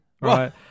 right